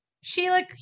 Sheila